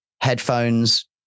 headphones